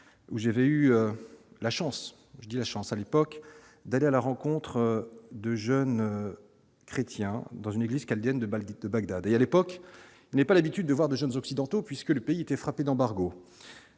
où j'avais eu la chance, je dis la chance à l'époque d'aller à la rencontre de jeunes chrétiens dans une église chaldéenne de Baldi de Bagdad et à l'époque n'est pas l'habitude de voir de jeunes Occidentaux puisque le pays était frappés d'embargo.